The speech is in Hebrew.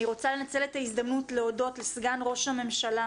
אני רוצה לנצל את ההזדמנות להודות לסגן ראש הממשלה,